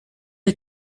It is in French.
est